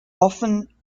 often